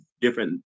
different